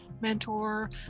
mentor